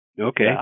Okay